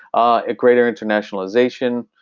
a greater internationalization.